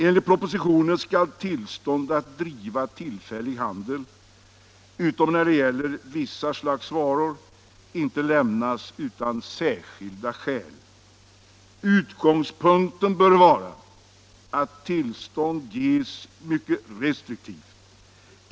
Enligt propositionen skall tillstånd att driva tillfällig handel —- utom när det gäller vissa slags varor —- inte lämnas utan särskilda skäl. Utgångspunkten bör vara att tillstånd ges mycket restriktivt.